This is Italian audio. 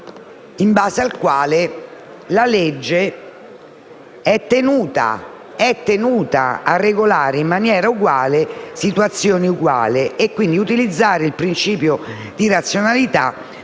in base al quale la legge è tenuta a regolare in maniera uguale situazioni uguali e utilizzare il principio di razionalità